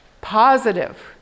Positive